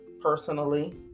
personally